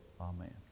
Amen